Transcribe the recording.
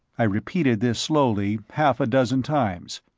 i repeated this slowly, half a dozen times.